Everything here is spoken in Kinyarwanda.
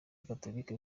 gatolika